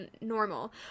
normal